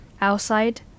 outside